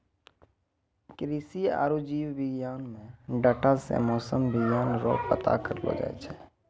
कृषि आरु जीव विज्ञान मे डाटा से मौसम विज्ञान रो पता करलो जाय छै